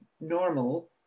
normal